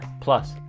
Plus